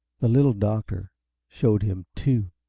the little doctor showed him two,